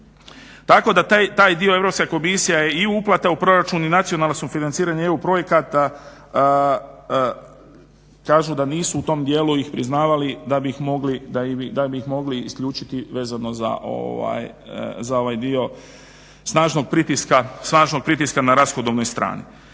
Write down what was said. Tako da taj dio Europska komisija je i uplate u proračun i nacionalna sufinanciranja EU projekata kažu da nisu u tom dijelu ih priznavali da bi ih mogli isključiti vezno za ovaj dio snažnog pritiska na rashodovnoj strani.